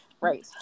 Right